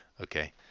okay